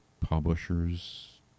publishers